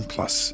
Plus